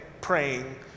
praying